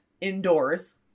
indoors